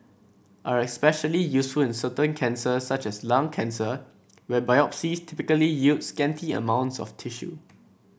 are especially useful in certain cancers such as lung cancer where biopsies typically yield scanty amount of tissue